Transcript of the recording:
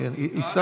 איזה ממלכתיות,